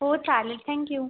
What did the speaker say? हो चालेल thank you